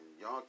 y'all